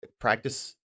practice